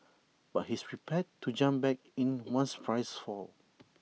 but he's prepared to jump back in once prices fall